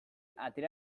ateratzen